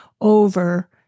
over